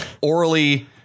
orally